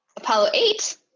apollo eight